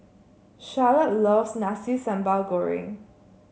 Charolette loves Nasi Sambal Goreng